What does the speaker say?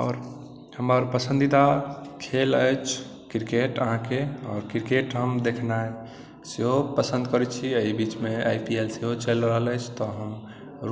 आओर हमर पसन्दीदा खेल अछि क्रिकेट अहाँकेँ आओर क्रिकेट हम देखनाइ सेहो पसन्द करैत छी एहि बीचमे आइ पी एल सेहो चलि रहल अछि तऽ हम